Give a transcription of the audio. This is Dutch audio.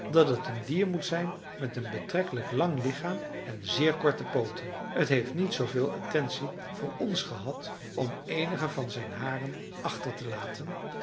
dat het een dier moet zijn met een betrekkelijk lang lichaam en zeer korte pooten het heeft niet zooveel attentie voor ons gehad om eenige van zijn haren achter te laten